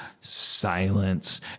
silence